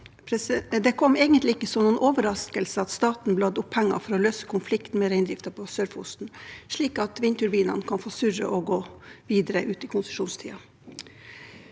Det kom egentlig ikke som noen overraskelse at staten bladde opp penger for å løse konflikten med reindriften på Sør-Fosen, slik at vindturbinene kan få surre og gå videre ut konsesjonstiden.